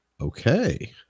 okay